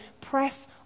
press